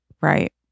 Right